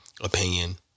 opinion